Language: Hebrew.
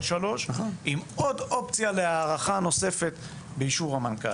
שלוש שנים עם עוד אופציה להארכה נוספת באישור המנכ"ל.